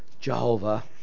Jehovah